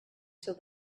till